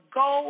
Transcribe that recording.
go